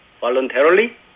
voluntarily